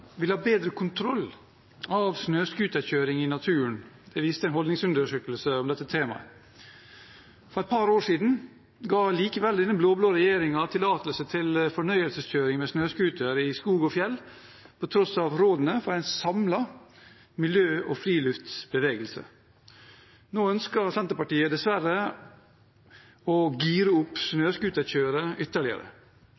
vil ha bedre kontroll med snøscooterkjøring i naturen, viser en holdningsundersøkelse om dette temaet. For et par år siden ga likevel denne blå-blå regjeringen tillatelse til fornøyelseskjøring med snøscooter i skog og fjell, til tross for rådene fra en samlet miljø- og friluftsbevegelse. Nå ønsker Senterpartiet dessverre å gire opp